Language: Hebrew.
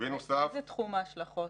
באיזה תחום ההשלכות?